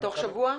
מצוין.